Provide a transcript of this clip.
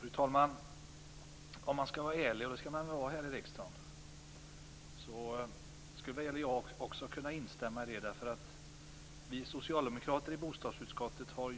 Fru talman! Om man skall vara ärlig, och det skall man väl vara här i riksdagen, skulle också jag kunna instämma i det. Vi socialdemokrater i bostadsutskottet har